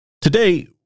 Today